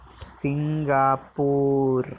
Singapore